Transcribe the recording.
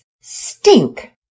Stink